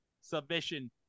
Submission